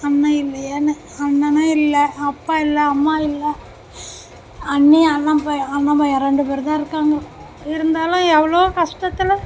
அண்ணன் இல்லயேன்னு அண்ணனும் இல்லை அப்பா இல்லை அம்மா இல்லை அண்ணி அண்ணன் பையன் அண்ணன் பையன் ரெண்டு பேர்தான் இருக்காங்க இருந்தாலும் எவ்வளோ கஷ்டத்தில்